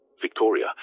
Victoria